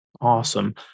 Awesome